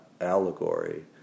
allegory